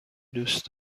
دوست